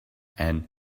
and